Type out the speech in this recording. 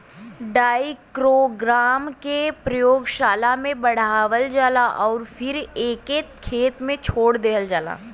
trichogramma के प्रयोगशाला में बढ़ावल जाला अउरी फिर एके खेत में छोड़ देहल जाला